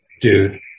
dude